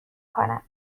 کند